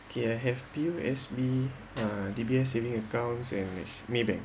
okay I have few S_B uh D_B_S saving accounts and Maybank